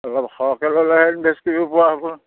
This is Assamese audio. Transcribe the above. অলপ সৰহকৈ ল'লেহে বেছ কৰিব পৰা হ'ব